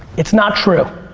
it's not true.